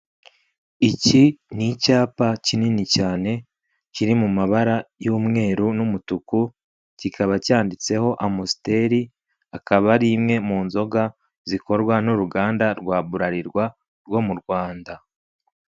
Iki ni icyapa kinini cyane kiri mu mabara y'umweru n'umutuku kikaba cyanditseho Amstel akaba ari imwe mu nzoga zikorwa n'uruganda rwa BRALRWA rwo mu Rwanda.